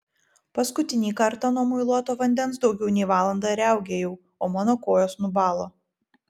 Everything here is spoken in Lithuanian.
paskutinį kartą nuo muiluoto vandens daugiau nei valandą riaugėjau o mano kojos nubalo